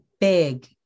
big